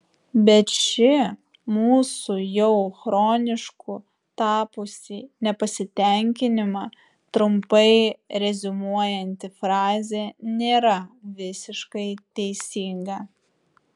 bet ši mūsų jau chronišku tapusį nepasitenkinimą trumpai reziumuojanti frazė nėra visiškai teisinga